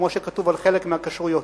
כמו שכתוב על חלק מהכשרויות,